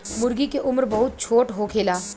मूर्गी के उम्र बहुत छोट होखेला